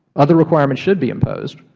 other requirements should be imposed,